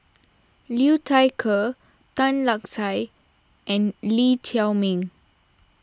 Liu Thai Ker Tan Lark Sye and Lee Chiaw Meng